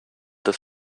des